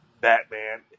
Batman